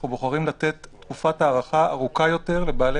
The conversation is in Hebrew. אנחנו בוחרים לתת תקופת הארכה ארוכה יותר לבעלי